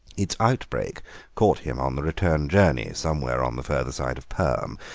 its outbreak caught him on the return journey, somewhere on the further side of perm,